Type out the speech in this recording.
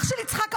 אח של יצחק עמית.